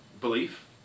belief